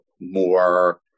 more